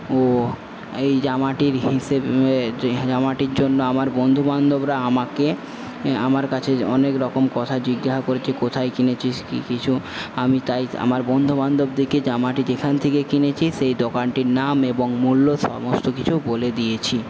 ও এই জামাটির হিসেবে জামাটির জন্য আমার বন্ধুবান্ধবরা আমাকে আমার কাছে অনেকরকম কথা জিজ্ঞাসা করেছে কোথায় কিনেছিস কি কিছু আমি তাই আমার বন্ধুবান্ধবদেরকে জামাটি যেখান থেকে কিনেছি সেই দোকানটির নাম এবং মূল্য সমস্ত কিছু বলে দিয়েছি